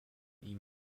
ihm